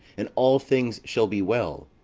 and all things shall be well,